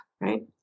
right